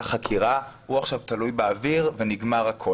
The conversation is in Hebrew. החקירה הוא עכשיו תלוי באוויר ונגמר הכול.